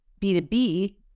B2B